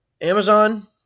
Amazon